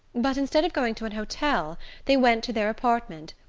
but instead of going to an hotel they went to their apartment,